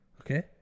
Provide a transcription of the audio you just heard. Okay